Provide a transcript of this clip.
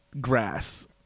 grass